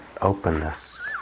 openness